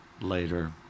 later